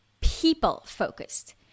people-focused